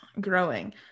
growing